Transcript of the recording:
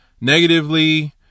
negatively